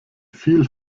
viel